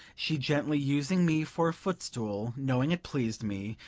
she gently using me for a foot-stool, knowing it pleased me,